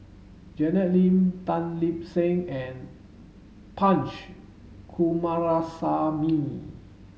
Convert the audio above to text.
Janet Lim Tan Lip Seng and Punch Coomaraswamy